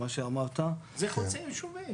מה שאמרת --- זה חוצה-יישובי.